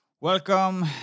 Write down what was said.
Welcome